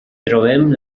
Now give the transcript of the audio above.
trobem